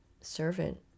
servant